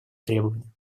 требованиям